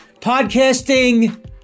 podcasting